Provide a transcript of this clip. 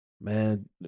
Man